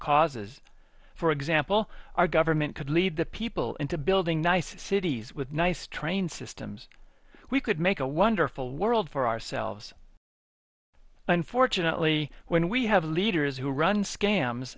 causes for example our government could lead the people into building nice cities with nice train systems we could make a wonderful world for ourselves unfortunately when we have leaders who run scams